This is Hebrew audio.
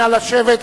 נא לשבת,